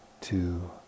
two